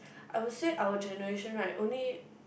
I would say our generation right only